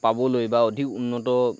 পাবলৈ বা অধিক উন্নত